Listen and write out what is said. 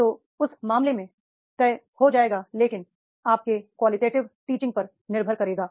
तो उस मामले में तय हो जाएगा लेकिन आपके क्वालिटेटिव टी चिंग पर निर्भर करेगा